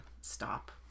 stop